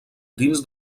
dins